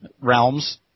realms